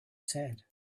said